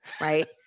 right